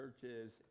churches